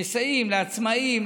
שמסייעים לעצמאים,